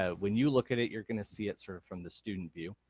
ah when you look at it you're gonna see it sort of from the student view.